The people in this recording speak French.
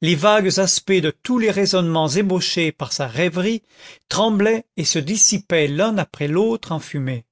les vagues aspects de tous les raisonnements ébauchés par sa rêverie tremblaient et se dissipaient l'un après l'autre en fumée